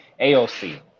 AOC